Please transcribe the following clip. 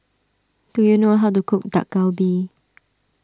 do you know how to cook Dak Galbi